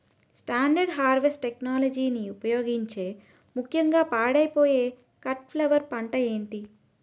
Standard harvest టెక్నాలజీని ఉపయోగించే ముక్యంగా పాడైపోయే కట్ ఫ్లవర్ పంట ఏది?